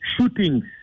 shootings